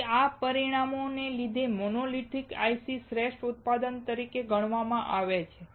તેથી આ પરિમાણોને લીધે મોનોલિથિક IC શ્રેષ્ઠ ઉત્પાદન તરીકે ગણવામાં આવે છે